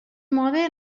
mode